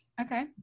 Okay